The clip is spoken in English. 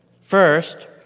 First